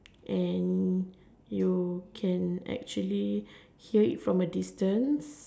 and you can actually hear it from a distance